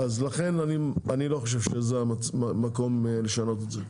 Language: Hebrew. אז לכן, אני לא חושב שזה המקום לשנות את זה.